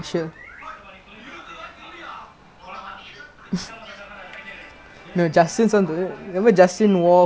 imagine all same then err some justin wearing the all the cost even me lah like if they put standard M or something